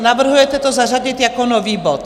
Navrhujete to zařadit jako nový bod?